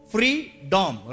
Freedom